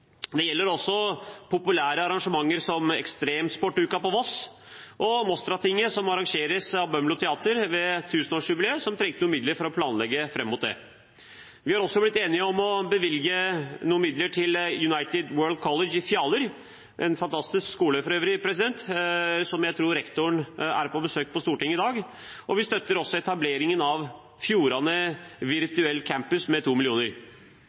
Det gjelder også populære arrangementer som Ekstremsportveko på Voss og Mostratinget, som arrangeres av Bømlo Teater ved tusenårsjubileet, som trengte noen midler for å planlegge fram mot det. Vi har også blitt enige om å bevilge noen midler til United World College i Fjaler, for øvrig en fantastisk skole, og jeg tror rektoren er på besøk på Stortinget i dag. Vi støtter etableringen av Fjordane Virtuelle Campus med